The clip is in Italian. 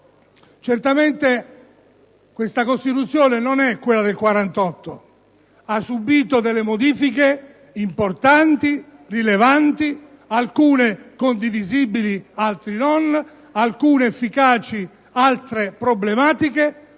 Certamente, questa Costituzione non è quella del 1948. Essa ha subito modifiche importanti e rilevanti, alcune condivisibili ed altre no, alcune efficaci ed altre problematiche.